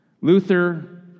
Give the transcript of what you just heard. Luther